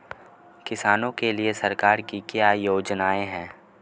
किसानों के लिए सरकार की क्या योजनाएं हैं?